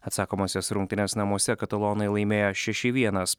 atsakomąsias rungtynes namuose katalonai laimėjo šeši vienas